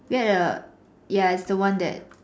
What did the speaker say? we had a ya it's the one that